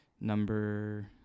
Number